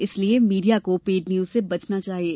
इसलिये मीडिया को paid news से बचना चाहिये